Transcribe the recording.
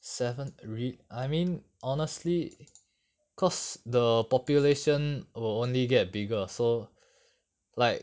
seven is it I mean honestly cause the population will only get bigger so like